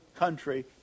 country